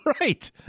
right